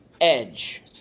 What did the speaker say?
Edge